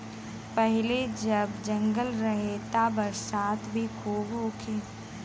पहिले जब जंगल रहे त बरसात भी खूब होखे